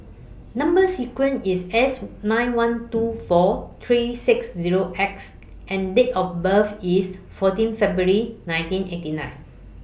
Number sequence IS S nine one two four three six Zero X and Date of birth IS fourteen February nineteen eighty nine